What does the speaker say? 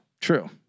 True